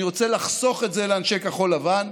אני רוצה לחסוך את זה לאנשי כחול לבן.